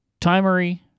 Timery